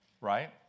right